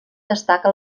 destaca